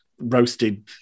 Roasted